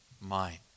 mind